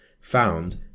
found